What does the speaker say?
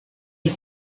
est